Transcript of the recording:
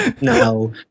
No